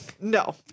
No